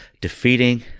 defeating